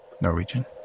Norwegian